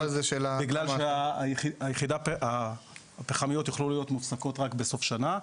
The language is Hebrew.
בגלל שהפחמיות יוכלו להיות מופסקות רק בסוף שנה.